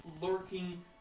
lurking